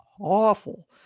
awful